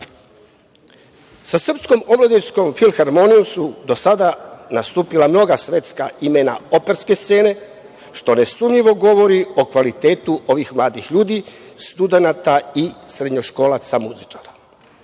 srpskom omladinskom filharmonijom su do sada nastupila mnoga svetska imena operske scene, što ne sumnjivo govori o kvalitetu ovih mladih ljudi, studenata i srednjoškolaca muzičara. Takođe,